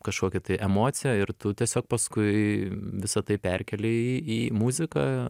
kažkokia tai emocija ir tu tiesiog paskui visa tai perkeli į į muziką